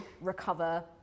recover